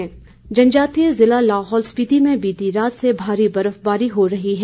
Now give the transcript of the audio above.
मौसम जनजातीय जिले लाहौल स्पीति में बीती रात से भारी बर्फबारी हो रही है